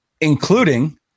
including